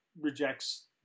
rejects